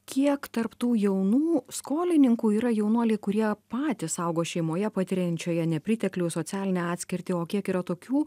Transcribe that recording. kiek tarp tų jaunų skolininkų yra jaunuoliai kurie patys augo šeimoje patiriančioje nepriteklių socialinę atskirtį o kiek yra tokių